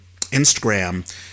Instagram